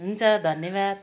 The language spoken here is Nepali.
हुन्छ धन्यवाद